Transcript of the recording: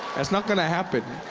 not gonna happen.